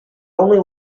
only